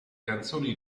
canzoni